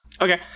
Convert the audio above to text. Okay